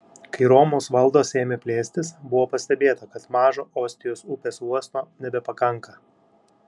kai romos valdos ėmė plėstis buvo pastebėta kad mažo ostijos upės uosto nebepakanka